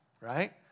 Right